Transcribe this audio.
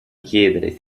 chiedere